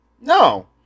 No